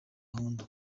gahunda